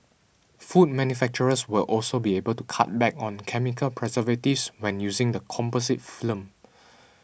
food manufacturers will also be able to cut back on chemical preservatives when using the composite film